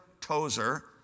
Tozer